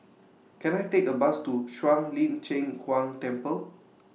Can I Take A Bus to Shuang Lin Cheng Huang Temple